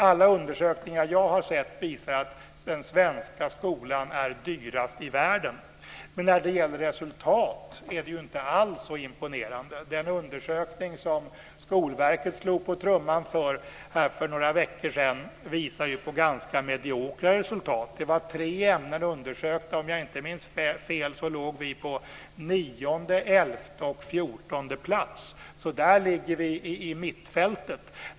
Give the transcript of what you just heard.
Alla undersökningar jag har sett visar att den svenska skolan är dyrast i världen. Men när det gäller resultat är det ju inte alls så imponerande. Den undersökning som Skolverket slog på trumman för här för några veckor sedan visar ju på ganska mediokra resultat. Tre ämnen var undersökta, och om jag inte minns fel låg vi på nionde, elfte och fjortonde plats, så där ligger vi i mittfältet.